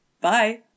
Bye